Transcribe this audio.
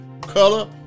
color